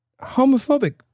homophobic